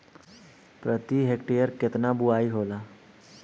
प्रति हेक्टेयर केतना बुआई होला?